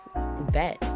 bet